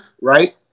right